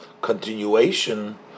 continuation